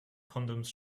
condoms